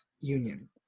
union